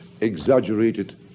exaggerated